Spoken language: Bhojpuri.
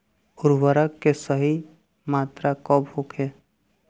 उर्वरक के सही मात्रा का होखे?